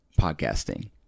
podcasting